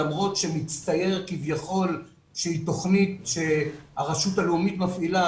למרות שמצטייר כביכול שהיא תוכנית שהרשות הלאומית מפעילה,